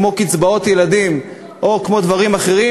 כמו קצבאות ילדים או כמו דברים אחרים,